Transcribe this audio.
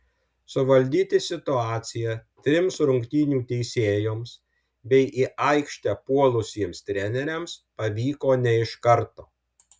suvaldyti situaciją trims rungtynių teisėjoms bei į aikštę puolusiems treneriams pavyko ne iš karto